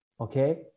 Okay